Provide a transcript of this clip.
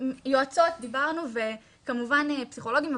יועצות דיברנו, וכמובן, פסיכולוגים.